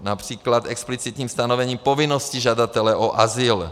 Například explicitní stanovení povinnosti žadatele o azyl.